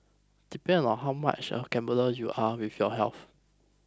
depends on how much of a gambler you are with your health